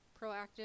proactive